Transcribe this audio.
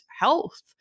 health